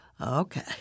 Okay